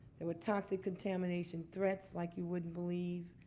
there were toxic contamination threats like you wouldn't believe.